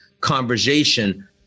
conversation